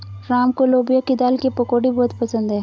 राम को लोबिया की दाल की पकौड़ी बहुत पसंद हैं